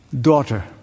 daughter